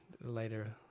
later